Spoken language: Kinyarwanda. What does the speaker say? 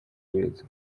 beza